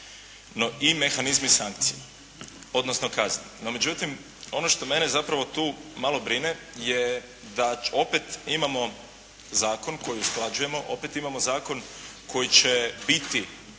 I mehanizmi i sankcije odnosno kazne. No, međutim, ono što mene zapravo tu malo brine je da opet imamo zakon koji usklađujemo, opet imamo zakon koji će biti